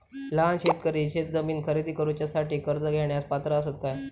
लहान शेतकरी शेतजमीन खरेदी करुच्यासाठी कर्ज घेण्यास पात्र असात काय?